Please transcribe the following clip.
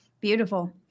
Beautiful